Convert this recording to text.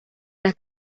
las